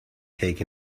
take